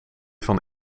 van